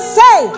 say